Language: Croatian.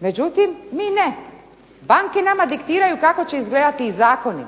Međutim, mi ne. Banke nama diktiraju kako će izgledati zakoni.